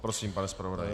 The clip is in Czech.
Prosím, pane zpravodaji.